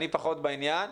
אני פחות בעניין.